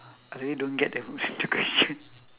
I really don't get the the question